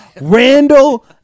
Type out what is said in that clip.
Randall